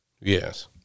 Yes